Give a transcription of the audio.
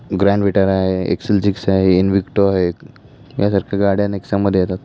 Grand Vitara आहे XL six आहे Invicto आहे यासारख्या गाड्या नेक्सामध्ये येतात